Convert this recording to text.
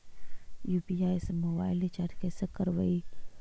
UPI से mobile recharge कैसे करबइ?